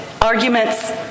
arguments